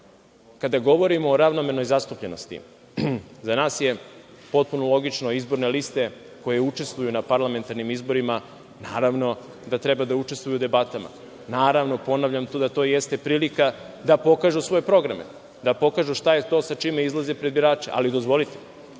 kada govorimo o ravnomernoj zastupljenosti, za nas je potpuno logično da izborne liste koje učestvuju na parlamentarnim izborima treba da učestvuju u debatama. To i jeste prilika da pokažu svoje programe, da pokažu šta je sa čime izlaze pred birače. Dozvolite,